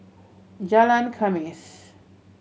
Jalan Khamis